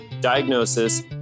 diagnosis